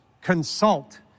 consult